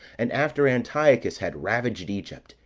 and after antiochus had ravaged egypt,